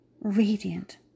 radiant